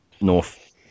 North